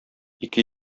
ике